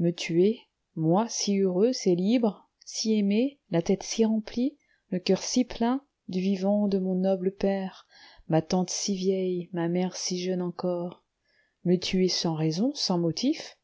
me tuer moi si heureux si libre si aimé la tête si remplie le coeur si plein du vivant de mon noble père ma tante si vieille ma mère si jeune encore me tuer sans raison sans motifs